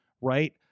right